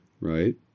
right